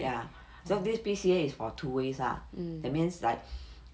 ya so this P_C_A is for two ways ah that means like